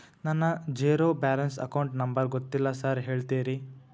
ನನ್ನ zero balance account number ಗೊತ್ತಿಲ್ಲ sir ಹೇಳ್ತೇರಿ?